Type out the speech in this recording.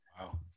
wow